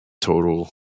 total